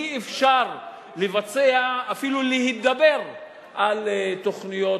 אי-אפשר לבצע ואפילו להידבר על תוכניות